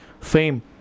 fame